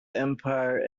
empire